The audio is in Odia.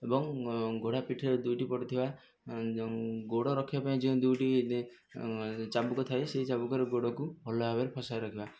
ଏବଂ ଘୋଡ଼ା ପିଠିରେ ଦୁଇଟି ପଟେଥିବା ଗୋଡ଼ ରଖିବା ପାଇଁ ଯେଉଁ ଦୁଇଟି ଚାବୁକ ଥାଏ ସେହି ଚାବୁକରେ ଗୋଡ଼କୁ ଭଲ ଭାବରେ ଫସାଇ ରଖିବା